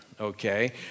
okay